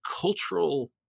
cultural